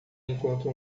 enquanto